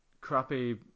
crappy